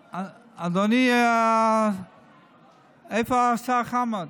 אדוני, איפה השר חמד?